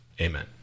Amen